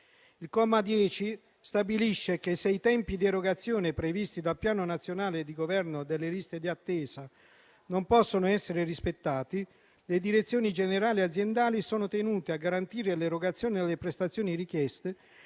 Il comma 10 stabilisce che, se i tempi di erogazione previsti dal Piano nazionale di governo delle liste di attesa non possono essere rispettati, le direzioni generali aziendali siano tenute a garantire l'erogazione delle prestazioni richieste,